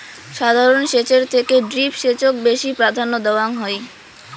সাধারণ সেচের থেকে ড্রিপ সেচক বেশি প্রাধান্য দেওয়াং হই